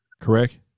correct